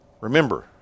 Remember